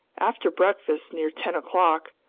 after breakfast near ten o'clock,